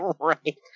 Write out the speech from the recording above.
Right